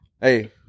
hey